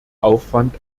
aufwand